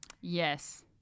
Yes